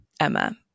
Emma